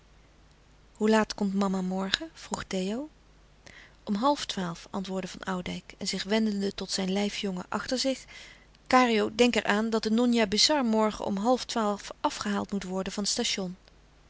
hoe laat komt mama morgen vroeg theo louis couperus de stille kracht om halftwaalf antwoordde van oudijck en zich wendende tot zijn lijfjongen achter zich kario denk er aan dat de njonja besar morgen om half twaalf afgehaald moet worden van het station